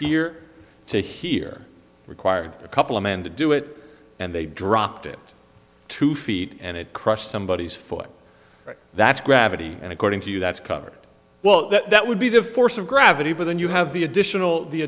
here to here required a couple of men to do it and they dropped it two feet and it crushed some bodies foot that's gravity and according to you that's covered well that would be the force of gravity but then you have the additional the